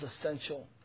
essential